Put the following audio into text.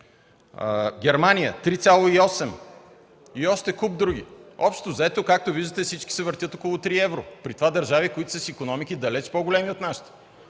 Германия – 3,8 и още куп други. Общо-взето както виждате, всички се въртят около 3 евро, при това държави, които са с далеч по-големи икономики